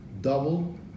double